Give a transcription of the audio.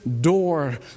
door